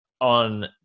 on